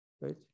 right